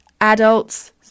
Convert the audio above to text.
adults